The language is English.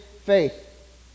faith